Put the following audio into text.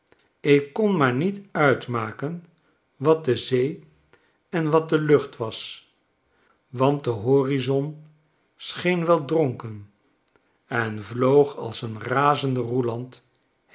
ik kon maar niet uitmaken wat de zee en wat delucht was want dehorizont scheen wel dronkenenvloogalseenrazende roeland